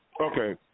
Okay